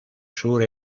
sur